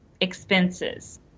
expenses